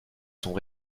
sont